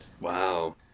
Wow